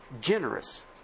Generous